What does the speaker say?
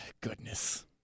Goodness